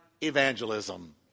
evangelism